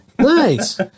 Nice